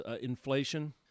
inflation